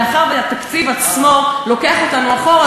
מאחר שהתקציב עצמו לוקח אותנו אחורה,